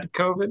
COVID